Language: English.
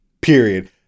Period